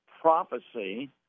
prophecy—